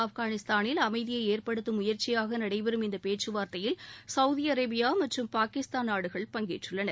ஆப்கானிஸ்தானில் அமைதியை ஏற்படுத்தும் முயற்சியாக நடைபெறும் இந்த பேச்சுவார்த்தையில் சவுதி அரேபியா மற்றம் பாகிஸ்தான் நாடுகள் பங்கேற்றுள்ளன